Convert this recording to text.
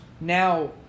now